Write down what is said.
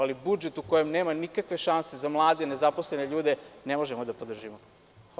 Ali budžet u kojem nema nikakve šanse za mlade i nezaposlene ljude, ne možemo da podržimo.